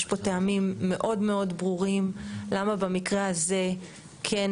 יש פה טעמים מאוד מאוד ברורים למה במקרה הזה כן